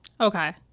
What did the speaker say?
Okay